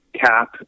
cap